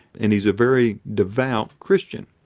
and he's a very devout christian.